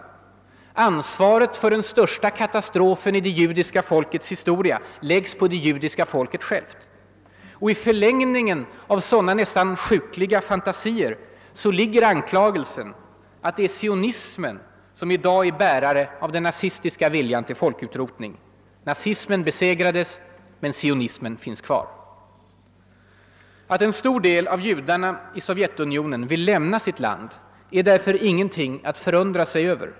Ansvaret för den största katastrofen i det judiska folkets historia läggs på det judiska folket självt. Och i förlängningen av sådana nästan sjukliga fantasier ligger anklagelsen att det är »sionisterna» som i dag är bärare av den nazistiska viljan till folkutrotning. Nazismen besegrades men sionismen finns kvar. Att en stor del av judarna i Sovjetunionen vill lämna sitt land är därför ingenting att förundra sig över.